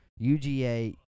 UGA